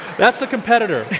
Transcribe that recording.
that's a competitor.